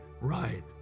Right